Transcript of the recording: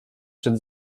przed